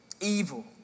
evil